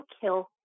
kill